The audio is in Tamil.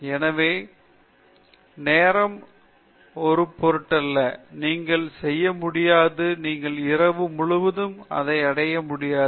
எனவே ரோம் ஒரு நாளில் கட்டப்படவில்லை நீங்கள் செய்ய முடியாது நீங்கள் இரவு முழுவதும் இதை அடைய முடியாது